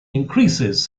increases